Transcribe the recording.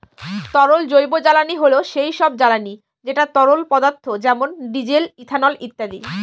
তরল জৈবজ্বালানী হল সেই সব জ্বালানি যেটা তরল পদার্থ যেমন ডিজেল, ইথানল ইত্যাদি